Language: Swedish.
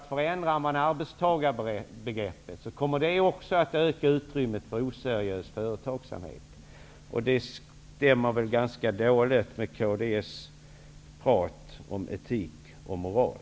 Förändrar man arbetstagarbegreppet kommer det också att öka utrymmet för oseriös företagsamhet, och det stämmer väl ganska dåligt med kds prat om etik och moral?